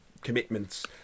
commitments